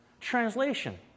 Translation